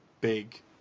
big